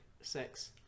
sex